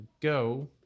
go